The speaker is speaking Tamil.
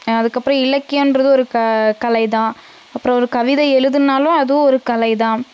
அதுக்கு அப்புறோம் இலக்கியன்றது ஒரு க கலை தான் அப்புறம் ஒரு கவிதை எழுதணுன்னாலும் அதுவும் ஒரு கலை தான்